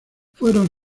fueron